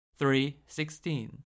3.16